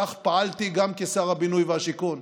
שכך פעלתי גם כשר הבינוי והשיכון.